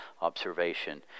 observation